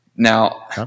Now